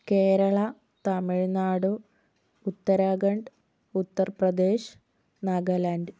Kerala Tamil Nadu Uttarakhand Uttar Pradesh Nagaland